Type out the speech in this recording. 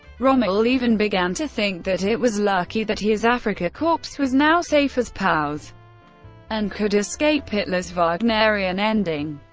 rommel even began to think that it was lucky that his afrika korps was now safe as pows and could escape hitler's wagnerian ending.